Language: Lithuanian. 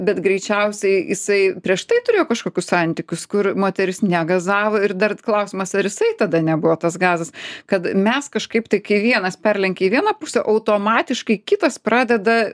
bet greičiausiai jisai prieš tai turėjo kažkokius santykius kur moteris negazavo ir klausimas ar jisai tada nebuvo tas gazas kad mes kažkaip tai kai vienas perlenkia į vieną pusę automatiškai kitas pradeda